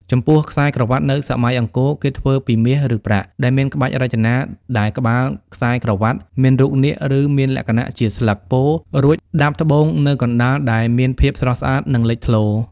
ចំពោះខ្សែក្រវាត់នៅសម័យអង្គរគេធ្វើពីមាសឬប្រាក់ដែលមានក្បាច់រចនាដែលក្បាលខ្សែក្រវ់ាតមានរូបនាគឬមានលក្ខណៈជាស្លឹកពោធិ៍រួចដាប់ត្បូងនៅកណ្ដាលដែលមានភាពស្រស់ស្អាតនិងលិចធ្លោ។